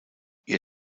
ihr